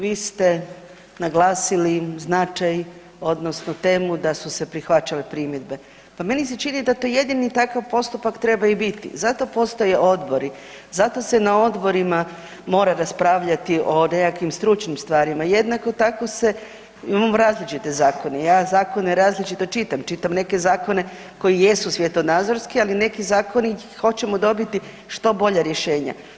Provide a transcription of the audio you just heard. Vi ste naglasili značaj odnosno temu da su se prihvaćale primjedbe, pa meni se čini da to jedini takav postupak treba i biti, zato postoje odborima mora raspravljati o nekakvim stručnim stvarima, jednako tako se imamo različite zakone, ja zakone različito čitam, čitam neke koji jesu svjetonazorski, ali neki zakoni hoćemo dobiti što bolja rješenja.